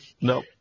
no